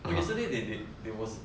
but yesterday the~ the~ there was